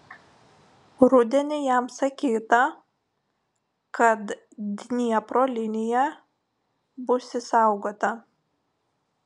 rudenį jam sakyta kad dniepro linija bus išsaugota